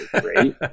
great